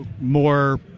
more